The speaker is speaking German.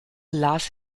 las